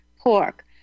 pork